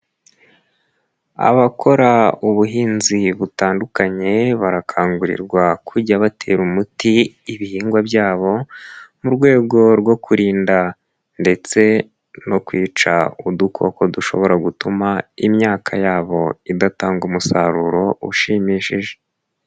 Abakora ubuhinzi butandukanye barakangurirwa kujya batera umuti ibihingwa byabo mu rwego rwo kurinda ndetse no kwica udukoko dushobora gutuma imyaka yabo idatanga umusaruro ushimishije.